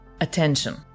attention